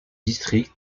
district